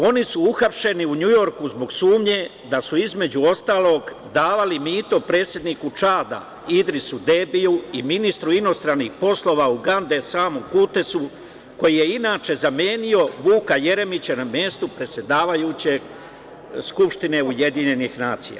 Oni su uhapšeni u NJujorku zbog sumnje da su, između ostalog, davali mito predsedniku Čada Idrisu Debiju i ministru inostranih poslova Ugande Samu Kutesu, koji je inače zamenio Vuka Jeremića na mestu predsedavajućeg Skupštine UN.